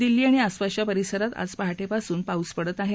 दिल्ली आणि आसपासच्या परिसरात आज पहाटेपासून पाऊस पडत आहे